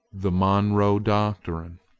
the monroe doctrine